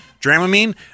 Dramamine